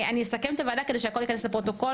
אני אסכם את הוועדה כדי שהכל ייכנס לפרוטוקול